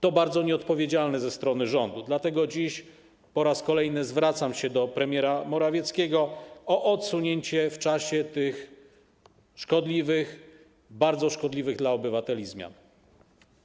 To bardzo nieodpowiedzialne ze strony rządu, dlatego dziś po raz kolejny zwracam się do premiera Morawieckiego o odsunięcie w czasie tych szkodliwych, bardzo szkodliwych dla obywateli zmian.